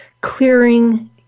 clearing